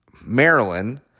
Maryland